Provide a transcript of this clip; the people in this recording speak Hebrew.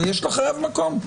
אבל יש לחייב מקום.